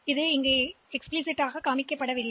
எனவே இது இங்கே வெளிப்படையாக காட்டப்படவில்லை